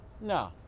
no